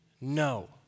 no